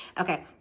Okay